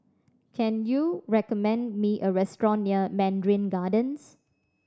can you recommend me a restaurant near Mandarin Gardens